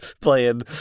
playing